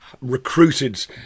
recruited